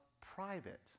private